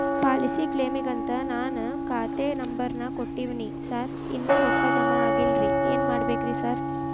Policy ಕ್ಲೇಮಿಗಂತ ನಾನ್ ಖಾತೆ ನಂಬರ್ ನಾ ಕೊಟ್ಟಿವಿನಿ ಸಾರ್ ಇನ್ನೂ ರೊಕ್ಕ ಜಮಾ ಆಗಿಲ್ಲರಿ ಏನ್ ಮಾಡ್ಬೇಕ್ರಿ ಸಾರ್?